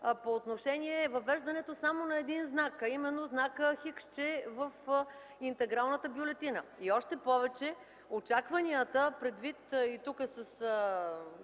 по отношение въвеждането само на един знак, именно знакът „Х”, че е в интегралната бюлетина. И още повече очакванията, предвид изнесените